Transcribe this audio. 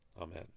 Amen